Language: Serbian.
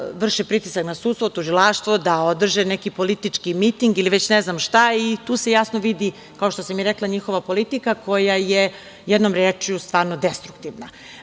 vrše pritisak na sudstvo, tužilaštvo, da održe neki politički miting ili već ne znam šta. Tu se jasno vidi, kao što sam i rekla, njihova politika, koja je jednom rečju stvarno destruktivna. Opet